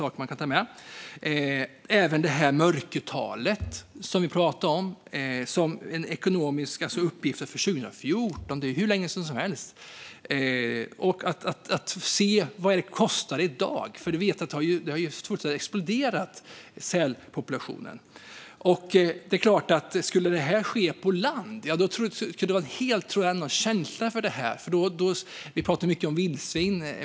En annan sak är det mörkertal som vi talade om. Här är uppgifterna från 2014. Det är hur länge sedan som helst! Man måste se vad det kostar i dag. Vi vet ju att sälpopulationen fullkomligen har exploderat. Det är klart att om detta skulle ske på land skulle man ha en helt annan känsla för det.